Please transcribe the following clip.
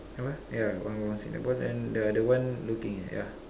come ah ya one one is with the ball then the other one looking at ya